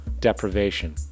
deprivation